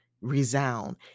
resound